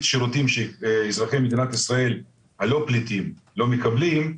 השירותים שאזרחי מדינת ישראל שאינם פליטים לא מקבלים.